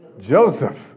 Joseph